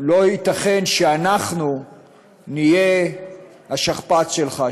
לא ייתכן שאנחנו נהיה השכפ"ץ שלך,